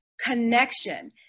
connection